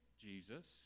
Jesus